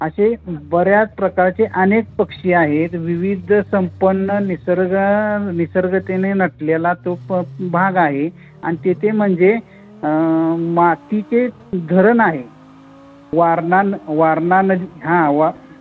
असे बऱ्याच प्रकारचे अनेक पक्षी आहेत विविध संपन्न निसर्ग निसर्गतेने नटलेला तो प भाग आहे आणि तेथे म्हणजे मातीचे धरण आहे वारणा न वारणा नदी हां वा